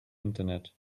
internet